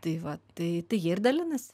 tai va tai tai jie ir dalinasi